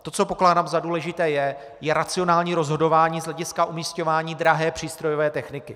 To, co pokládám za důležité, je racionální rozhodování z hlediska umisťování drahé přístrojové techniky.